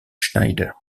schneider